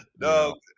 No